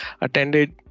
attended